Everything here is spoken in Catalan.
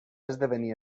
esdevenir